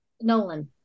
Nolan